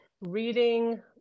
reading